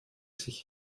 sich